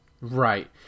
right